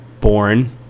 born